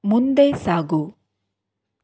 ಮುಂದೆ ಸಾಗು